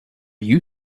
you